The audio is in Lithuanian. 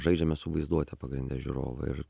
žaidžiame su vaizduote pagrinde žiūrovo ir